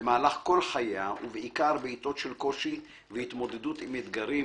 במהלך כל חייה ובעיקר בעתות של קושי והתמודדות עם אתגרים,